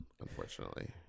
unfortunately